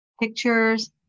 Pictures